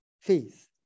faith